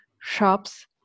shops